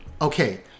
Okay